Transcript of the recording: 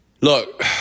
Look